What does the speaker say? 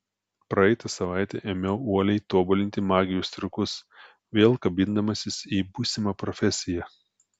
praeitą savaitę ėmiau uoliai tobulinti magijos triukus vėl kabindamasis į būsimą profesiją